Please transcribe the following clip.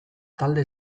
talde